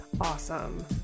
awesome